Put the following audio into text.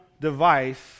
device